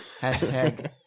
Hashtag